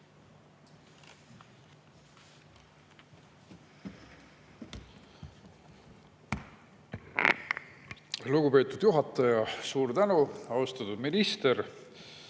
Lugupeetud juhataja, suur tänu! Austatud minister!